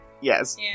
Yes